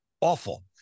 awful